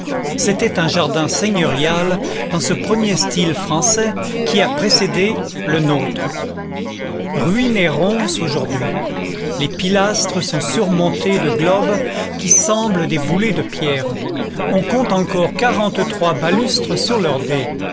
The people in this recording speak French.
c'était un jardin seigneurial dans ce premier style français qui a précédé lenôtre ruine et ronce aujourd'hui les pilastres sont surmontés de globes qui semblent des boulets de pierre on compte encore quarante-trois balustres sur leurs dés